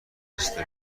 مثل